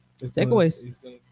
Takeaways